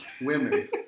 women